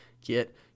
get